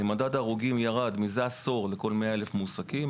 מדד ההרוגים ירד מזה עשור לכל 100,000 מועסקים.